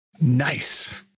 nice